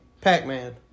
Pac-Man